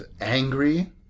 angry